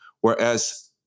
whereas